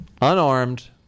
unarmed